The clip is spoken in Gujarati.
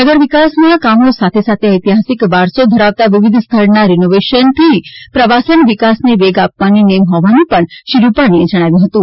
નગર વિકાસના કામો સાથે સાથે ઐતિહાસિક વારસો ધરાવતા વિવિધ સ્થળના રિનોવેશનથી પ્રવાસન વિકાસને વેગ આપવાની નેમ હોવાનું પણ શ્રી રૂપાણીએ જણાવ્યુ હતું